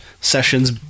Sessions